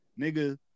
nigga